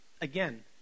Again